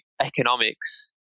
economics